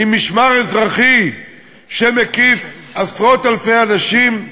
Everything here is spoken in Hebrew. עם משמר אזרחי שמקיף עשרות-אלפי אנשים.